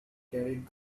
carried